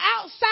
outside